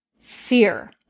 fear